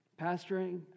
Pastoring